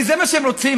הרי זה מה שהם רוצים,